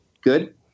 Good